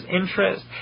interest